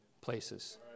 places